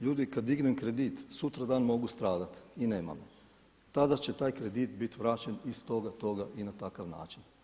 Ljudi kada dignem kredit sutradan mogu stradati i nema me, tada će taj kredit biti vraćen iz toga, toga, toga i na takav način.